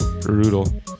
brutal